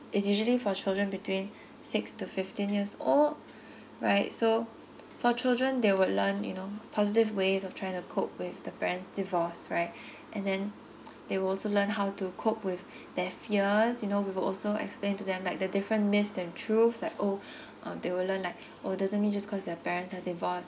it's usually for children between six to fifteen years old right so for children they would learn you know positive ways of trying to cope with the parents divorce right and then they will also learn how to cope with their fears you know we will also explain to them like the different myth and truth like oh um they will learn like oh doesn't mean than me just cause their parents are divorced